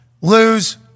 Lose